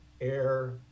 air